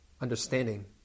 understanding